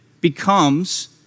becomes